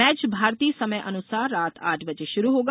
match भारतीय समय अनुसार रात आठ बजे शुरू होगा